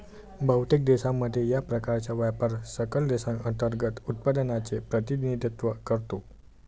बहुतेक देशांमध्ये, या प्रकारचा व्यापार सकल देशांतर्गत उत्पादनाचे प्रतिनिधित्व करतो